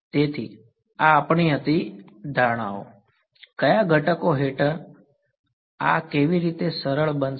તેથી આ આપણી હતી આપણી ધારણાઓ કયા ઘટકો હેઠળ આ કેવી રીતે સરળ બનશે